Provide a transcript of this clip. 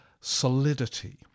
solidity